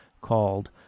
called